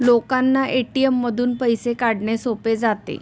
लोकांना ए.टी.एम मधून पैसे काढणे सोपे जाते